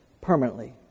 permanently